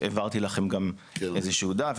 העברתי לכם גם איזשהו דף.